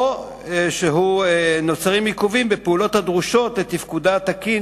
או שנוצרים עיכובים בפעולות הדרושות לתפקודה התקין